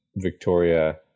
Victoria